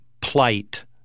plight